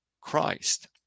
Christ